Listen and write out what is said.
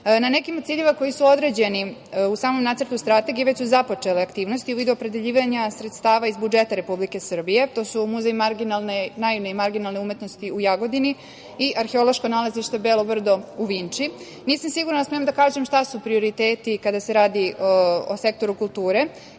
nekim od ciljeva koji su određeni u samom nacrtu strategiju već su započete aktivnosti, a u vidu opredeljivanja sredstava iz budžeta Republike Srbije. To su Muzej naivne i marginalne umetnosti u Jagodini i arheološko nalazište Belo brdo u Vinči. Nisam sigurna da smem da kažem šta su prioriteti kada se radi o sektoru kulture,